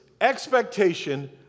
Expectation